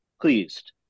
pleased